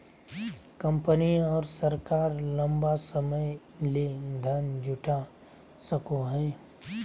company और सरकार लंबा समय ले धन जुटा सको हइ